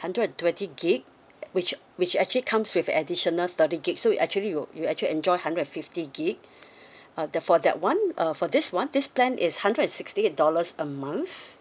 hundred and twenty gig which which actually comes with additional thirty gig so you actually will you actually enjoy hundred and fifty gig uh the for that [one] uh for this [one] this plan is hundred and sixty eight dollars a month